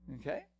Okay